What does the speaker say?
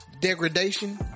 degradation